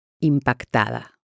impactada